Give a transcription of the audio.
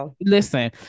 Listen